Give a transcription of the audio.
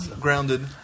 grounded